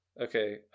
Okay